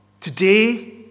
Today